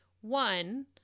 One